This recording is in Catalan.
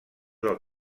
del